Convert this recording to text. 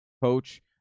coach